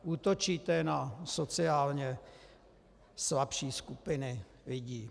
Útočíte na sociálně slabší skupiny lidí.